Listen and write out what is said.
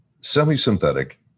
Semi-Synthetic